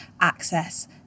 access